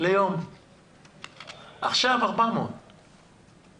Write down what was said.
ליום ועכשיו הוא צריך לשלם 400 שקלים ליום.